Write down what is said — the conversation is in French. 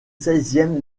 seizième